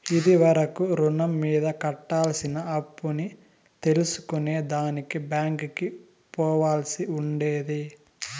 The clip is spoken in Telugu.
ఇది వరకు రుణం మీద కట్టాల్సిన అప్పుని తెల్సుకునే దానికి బ్యాంకికి పోవాల్సి ఉండేది